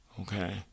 Okay